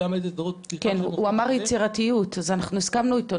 כן, הוא אמר יצירתיות, אז אנחנו הסכמנו אתו.